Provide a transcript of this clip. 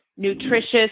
nutritious